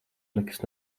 nekas